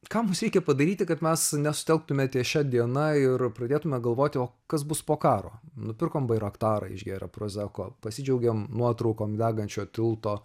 ką mums reikia padaryti kad mes nesutelktume ties šia diena ir pradėtume galvoti o kas bus po karo nupirkom bairaktarą išgėrę prozeko pasidžiaugėm nuotraukom degančio tilto